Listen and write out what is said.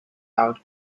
out